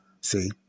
See